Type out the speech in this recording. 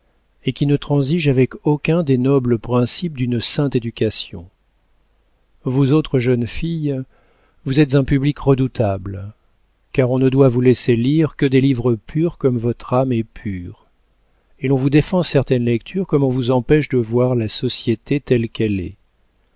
et qui ne transige avec aucun des nobles principes d'une sainte éducation vous autres jeunes filles vous êtes un public redoutable car on ne doit vous laisser lire que des livres purs comme votre âme est pure et l'on vous défend certaines lectures comme on vous empêche de voir la société telle qu'elle est